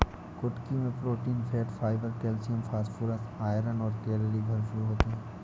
कुटकी मैं protein, fat, fibre, calcium, phosphorus, iron और कैलोरी भरपूर होती है